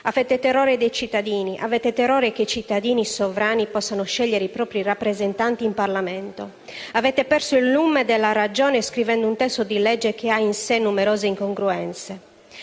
Avete il terrore dei cittadini. Avete il terrore che i cittadini sovrani possano scegliere i propri rappresentanti in Parlamento. Avete perso il lume della ragione scrivendo un testo di legge che ha in sé numerose incongruenze.